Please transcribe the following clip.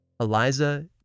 Eliza